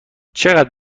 چقدر